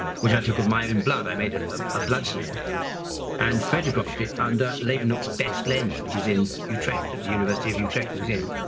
which i took of my own and blood, i made a ah ah blood smear and photographed it under leeuwenhoek's best lens, which is in utrecht, at the university of utrecht museum.